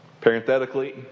Parenthetically